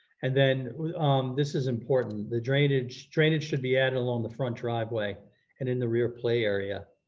and then this is important, the drainage drainage should be added along the front driveway and in the rear play area.